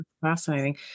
fascinating